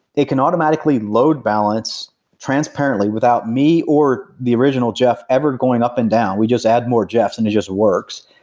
it can automatically load balance transparently without me or the original jeff ever going up and down. we just add more jeffs and it just works.